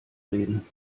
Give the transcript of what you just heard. reden